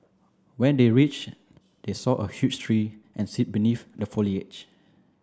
when they reached they saw a huge tree and sit beneath the foliage